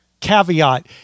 caveat